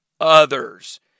others